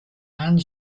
and